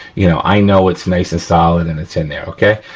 you know, i know it's nice and solid and it's in there, okay.